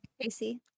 Casey